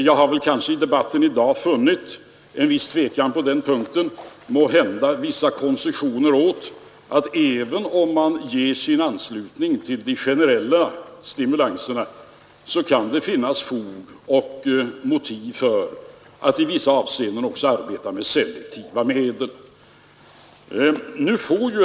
Jag har i debatten i dag funnit en viss tvekan på den punkten — måhända vissa koncessioner av typen att även om man ger sin anslutning till de generella stimulanserna, kan det finnas fog och motiv för att i vissa avseenden också arbeta med selektiva medel.